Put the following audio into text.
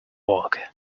work